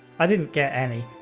i didn't get any.